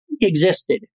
existed